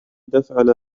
تفعل